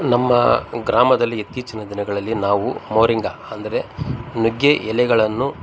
ನಮ್ಮ ಗ್ರಾಮದಲ್ಲಿ ಇತ್ತೀಚಿನ ದಿನಗಳಲ್ಲಿ ನಾವು ಮೋರಿಂಗ ಅಂದರೆ ನುಗ್ಗೆ ಎಲೆಗಳನ್ನು